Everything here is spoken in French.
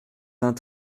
vingt